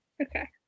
Okay